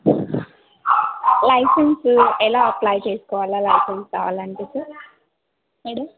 licence ఎలా apply చేసుకోవాలి licence కావాలంటే సార్ మేడం